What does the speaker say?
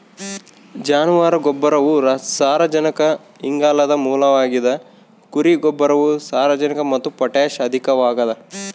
ಜಾನುವಾರು ಗೊಬ್ಬರವು ಸಾರಜನಕ ಇಂಗಾಲದ ಮೂಲವಾಗಿದ ಕುರಿ ಗೊಬ್ಬರವು ಸಾರಜನಕ ಮತ್ತು ಪೊಟ್ಯಾಷ್ ಅಧಿಕವಾಗದ